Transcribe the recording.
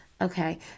Okay